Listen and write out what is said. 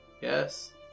Yes